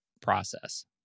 process